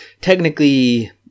technically